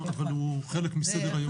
הוא חלק מסדר-היום.